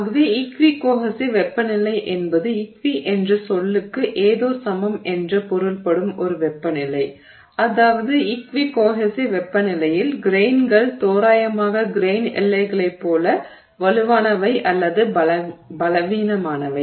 ஆகவே equi cohesive வெப்பநிலை என்பது ஈக்வி என்ற சொல்லுக்கு ஏதோ சமம் என்று பொருள்படும் ஒரு வெப்பநிலை அதாவது ஈக்வி கோஹெஸிவ் வெப்பநிலையில் கிரெய்ன்கள் தோராயமாக கிரெய்ன் எல்லைகளை போல வலுவானவை அல்லது பலவீனமானவை